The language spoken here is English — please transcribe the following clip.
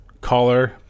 caller